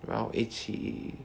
然后一起